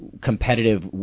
competitive